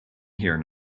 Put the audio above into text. here